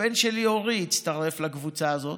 הבן שלי אורי הצטרף לקבוצה הזאת.